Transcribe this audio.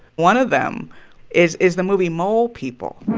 one of them is is the movie mole people